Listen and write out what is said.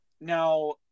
Now